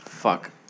fuck